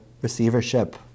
receivership